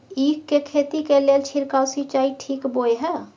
ईख के खेती के लेल छिरकाव सिंचाई ठीक बोय ह?